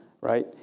right